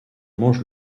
mange